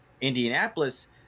Indianapolis